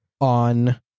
on